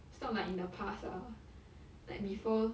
it's not like in the past ah like before